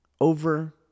over